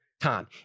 time